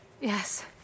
Yes